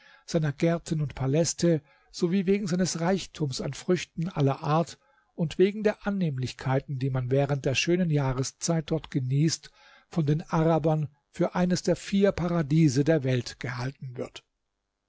seiner gärten und paläste sowie wegen seines reichtums an früchten aller art und wegen der annehmlichkeiten die man während der schönen jahreszeit dort genießt von den arabern für eines der vier paradiese der welt gehalten wird